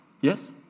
Yes